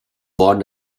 bon